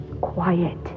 Quiet